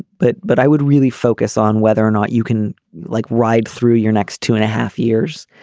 but but i would really focus on whether or not you can like ride through your next two and a half years.